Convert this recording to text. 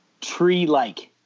tree-like